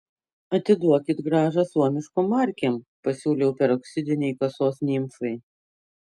atiduokit grąžą suomiškom markėm pasiūliau peroksidinei kasos nimfai